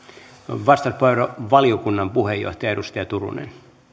vastauspuheenvuoro valiokunnan puheenjohtaja edustaja turunen